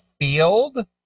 field